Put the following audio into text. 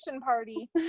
party